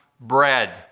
bread